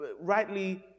rightly